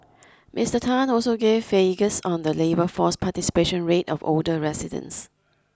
Mister Tan also gave figures on the labour force participation rate of older residents